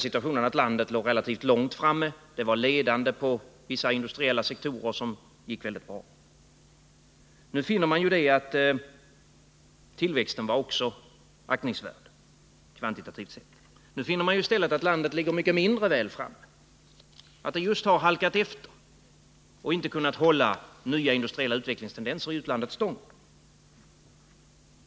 Landet låg relativt långt framme — det var ledande på vissa industriella sektorer. Tillväxten var också aktningsvärd kvantitativt sett. Nu däremot ligger landet mindre väl framme, det har halkat efter och inte kunnat hålla nya industriella utvecklingstendenser i utlandet stången.